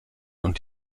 und